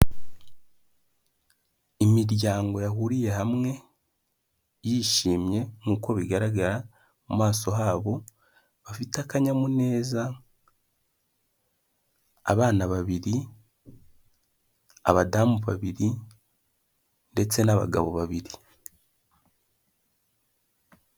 Imiryango yahuriye hamwe yishimye nkuko bigaragara mu maso habo bafite akanyamuneza abana babiri, abadamu babiri ndetse n'abagabo babiri.